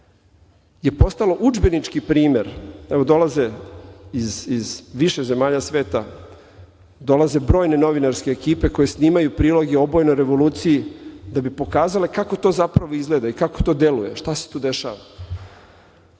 je postalo udžbenički primer, evo dolaze iz više zemalja sveta, dolaze brojne novinarske ekipe koji snimaju priloge o obojenoj revoluciji da bi pokazala kako to zapravo izgleda i kako to deluje, šta se tu dešava. Znate,